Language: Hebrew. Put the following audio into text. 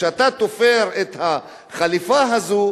שאתה תופר את החליפה הזו,